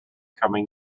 coming